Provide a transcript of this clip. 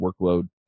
workload